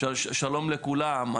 שלום לכולם,